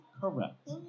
correct